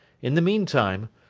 in the meantime,